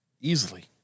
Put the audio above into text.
Easily